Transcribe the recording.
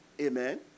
Amen